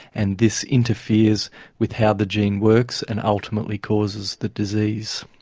and this interferes with how the gene works and ultimately causes the disease.